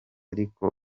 ariko